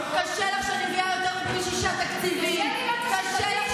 קשה לך שאני מביאה יותר תקציבים, קשה לי?